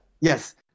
Yes